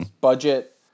Budget